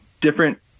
different